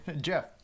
jeff